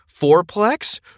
Fourplex